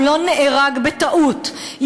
הוא לא נהרג בטעות,